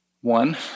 One